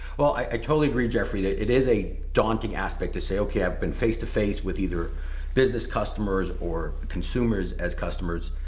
well, i totally agree, jeffrey, that it is a daunting aspect to say okay, i've been face to face with either business customers or consumers as customers.